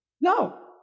No